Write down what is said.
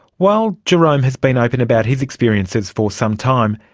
while jerome has been open about his experiences for some time,